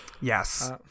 Yes